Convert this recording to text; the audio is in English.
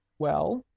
well?